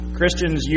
Christians